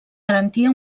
garantia